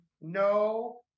no